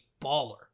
baller